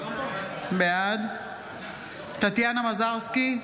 בעד טטיאנה מזרסקי,